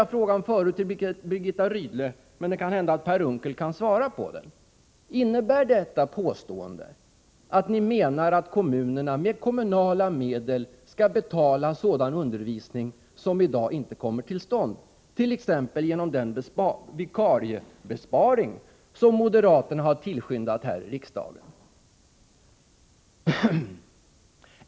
Jag frågade förut Birgitta Rydle, men kanske Per Unckel kan svara på frågan: Innebär detta påstående att ni menar att kommunerna med kommunala medel skall betala sådan undervisning som i dag inte kommer till stånd, exempelvis genom den vikariebesparing som moderaterna har tillskyndat här i riksdagen?